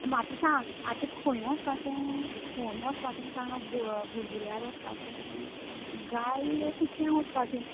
म्हाका सांग आता खंय वचपाचे तें सांग बुडबुड्यार वचपाचे गाय कुसक्या वचपाचे